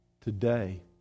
today